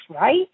right